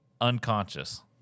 Unconscious